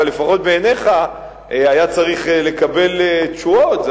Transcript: אבל לפחות בעיניך היה צריך לקבל תשואות,